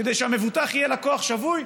כדי שהמבוטח יהיה לקוח שבוי,